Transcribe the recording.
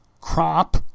crop